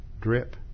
drip